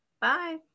Bye